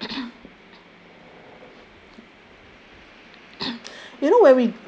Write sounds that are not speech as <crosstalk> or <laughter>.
<coughs> <noise> ya <coughs> <coughs>